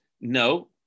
no